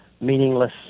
meaningless